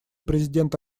президент